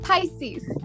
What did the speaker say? Pisces